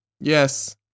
Yes